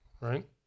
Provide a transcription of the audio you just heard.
right